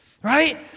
Right